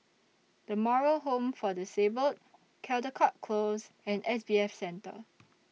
The Moral Home For Disabled Caldecott Close and S B F Center